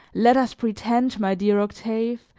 let us pretend, my dear octave,